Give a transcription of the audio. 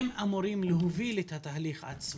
אמורה להוביל את התהליך עצמו.